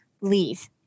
leave